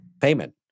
payment